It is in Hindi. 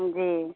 जी